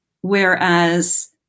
Whereas